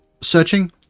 searching